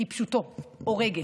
כפשוטו, הורגת.